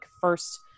first